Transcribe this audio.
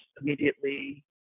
immediately